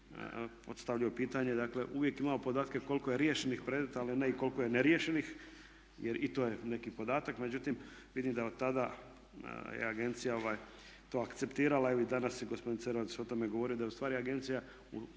postavljao pitanje. Dakle, uvijek imamo podatke koliko je riješenih predmeta, ali ne i koliko je neriješenih jer i to je neki podatak. Međutim, vidim da od tada je agencija to akceptirala i danas je gospodin Cerovac o tome govorio, da je u stvari agencija